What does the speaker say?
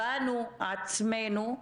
בנו עצמנו,